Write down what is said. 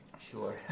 Sure